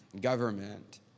government